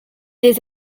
des